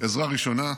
עזרה ראשונה.